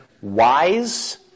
wise